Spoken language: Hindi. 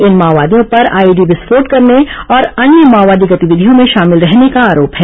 इन माओवादियों पर आईईडी विस्फोट करने और अन्य माओवादी गतिविधियों में शामिल रहने का आरोप है